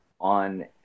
on